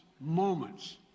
moments